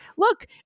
Look